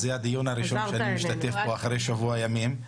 אז זה הדיון הראשון שאני משתתף בו אחרי שבוע ימים.